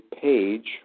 page